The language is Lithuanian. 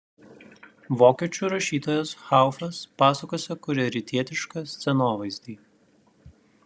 vokiečių rašytojas haufas pasakose kuria rytietišką scenovaizdį